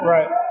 Right